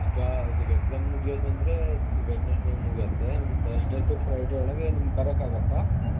ಈಗ ಅವರಿಗೆ ಎಕ್ಸಾಮ್ ಮುಗಿಯೋದಂದ್ರೆ ವೆಡ್ನಸ್ಡೇ ಮುಗಿಯತ್ತೆ ಒಂದು ಥರ್ಸ್ಡೇ ಟು ಫ್ರೈಡೇ ಒಳಗೆ ನಿಮಗೆ ಬರೋಕ್ಕಾಗುತ್ತಾ